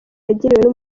yagiriwe